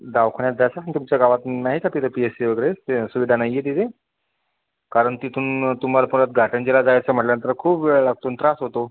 दवाखान्यात जायचं ना तुमच्या गावात नाही आहे का तिथे पी एच सी वगैरे सुविधा नाही आहे तिथे कारण तिथून तुम्हाला परत घाटंजीला जायचं म्हटल्यानंतर खूप वेळ लागतो आणि त्रास होतो